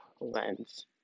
lens